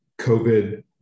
COVID